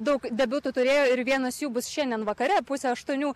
daug debiutų turėjo ir vienas jų bus šiandien vakare pusę aštuonių